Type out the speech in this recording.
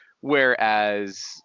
Whereas